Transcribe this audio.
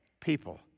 people